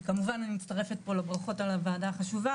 אני מצטרפת לברכות על הוועדה החשובה